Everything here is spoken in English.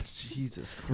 Jesus